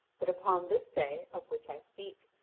but upon this day of which i speak,